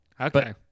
Okay